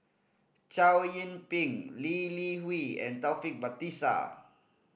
Chow Yian Ping Lee Li Hui and Taufik Batisah